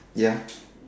ya